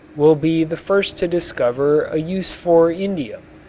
will be the first to discover a use for indium,